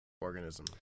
organism